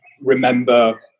remember